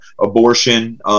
abortion